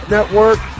Network